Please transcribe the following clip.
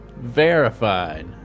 verified